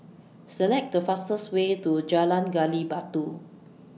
Select The fastest Way to Jalan Gali Batu